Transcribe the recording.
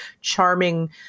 charming